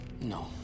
No